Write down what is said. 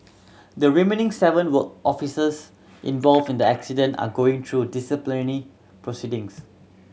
the remaining seven were officers involved in the incident are going through disciplinary proceedings